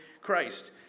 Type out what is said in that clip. Christ